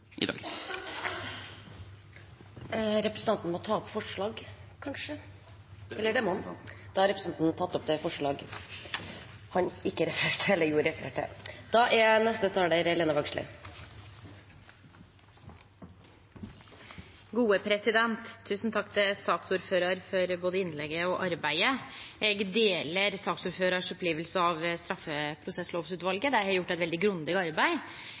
i dag. Jeg tar opp forslaget fra Høyre og Fremskrittspartiet. Representanten Peter Frølich har tatt opp det forslaget han refererte til. Tusen takk til saksordføraren for både innlegget og arbeidet. Eg deler saksordføraren si oppleving av straffeprosesslovutvalet. Dei har gjort eit veldig grundig arbeid.